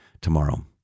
tomorrow